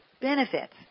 benefits